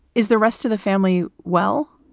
is the rest of the family? well,